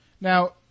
Now